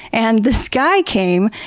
and, this guy came,